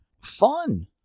Fun